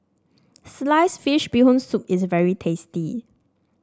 Sliced Fish Bee Hoon Soup is very tasty